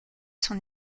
son